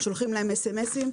שולחים להם מסרונים.